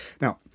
Now